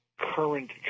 Current